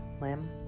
limb